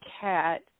cat